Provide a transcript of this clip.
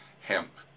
hemp